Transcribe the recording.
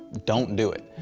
don't do it.